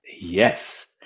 yes